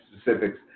specifics